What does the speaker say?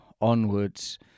onwards